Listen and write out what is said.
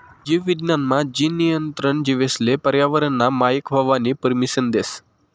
जीव विज्ञान मा, जीन नियंत्रण जीवेसले पर्यावरनना मायक व्हवानी परमिसन देस